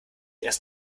erst